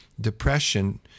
depression